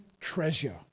treasure